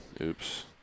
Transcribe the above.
Oops